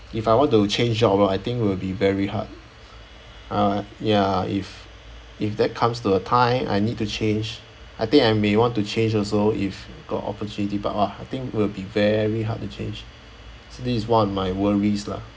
if I want to change job I think will be very hard uh ya if if that comes to a time I need to change I think I may want to change also if got opportunity but !wah! I think will be very hard to change this one of my worries lah